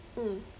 mm